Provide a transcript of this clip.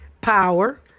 power